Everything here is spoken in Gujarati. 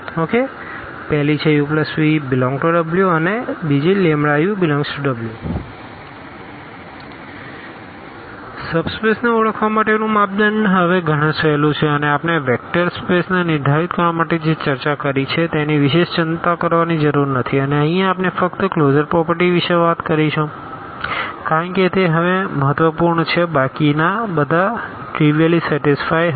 uv∈W u∈W સબ સ્પેસને ઓળખવા માટેનું માપદંડ હવે ઘણું સહેલું છે અને આપણે વેક્ટર સ્પેસ ને નિર્ધારિત કરવા માટે જે ચર્ચા કરી છે તેની વિશેષ ચિંતા કરવાની જરૂર નથી અને અહીં આપણે ફક્ત ક્લોઝર પ્રોપરટી વિશે વાત કરીશું કારણ કે તે હવે મહત્વપૂર્ણ છે બાકીના બધા ટ્રીવીઅલી સેટીસફાઈ હશે